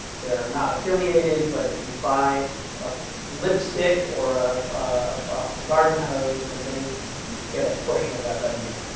they're not affiliated, but if you buy a lipstick or ah a garden hose, then they get a portion of that revenue.